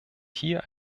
hier